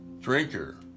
drinker